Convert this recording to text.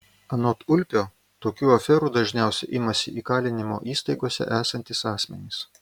anot ulpio tokių aferų dažniausiai imasi įkalinimo įstaigose esantys asmenys